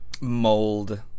mold